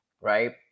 right